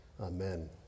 Amen